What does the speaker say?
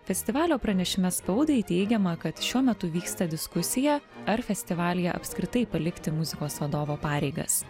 festivalio pranešime spaudai teigiama kad šiuo metu vyksta diskusija ar festivalyje apskritai palikti muzikos vadovo pareigas